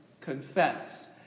confess